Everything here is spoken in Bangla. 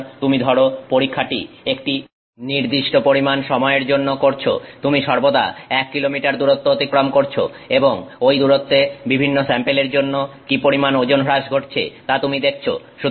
সুতরাং তুমি ধরো পরীক্ষাটি একটি নির্দিষ্ট পরিমান সময়ের জন্য করছো তুমি সর্বদা একটা 1 কিলোমিটার দূরত্ব অতিক্রম করছো এবং ওই দূরত্বে বিভিন্ন স্যাম্পেলের জন্য কি পরিমাণ ওজন হ্রাস ঘটছে তা তুমি দেখছো